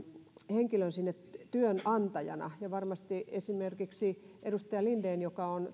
henkilön sinne työnantajana varmasti esimerkiksi edustaja linden joka on